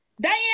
Diana